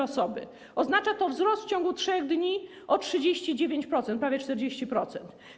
Oznacza to wzrost w ciągu 3 dni o 39%, prawie 40%.